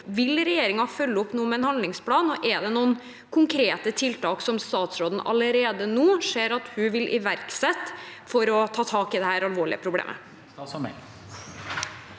Vil regjeringen nå følge opp med en handlingsplan, og er det noen konkrete tiltak som statsråden allerede nå ser at hun vil iverksette for å ta tak i dette alvorlige problemet?